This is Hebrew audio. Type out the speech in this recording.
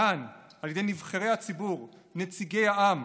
כאן, על ידי נבחרי הציבור, נציגי העם,